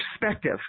perspective